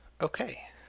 Okay